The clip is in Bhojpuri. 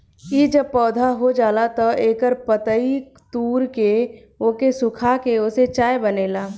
इ जब पौधा हो जाला तअ एकर पतइ तूर के ओके सुखा के ओसे चाय बनेला